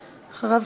אחריו,